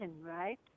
right